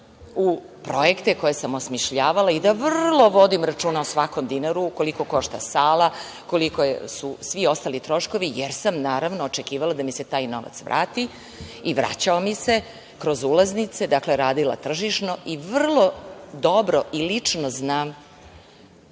u projekte koje sam osmišljavala i da vrlo vodim računa o svakom dinaru, koliko košta sala, koliko su svi ostali troškovi, jer sam naravno očekivala da mi se taj novac vrati, i vraćao mi se kroz ulaznice, dakle, radila tržišno i vrlo dobro i lično znam